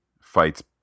fights